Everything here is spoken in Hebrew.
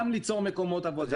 גם ליצור מקומות עבודה.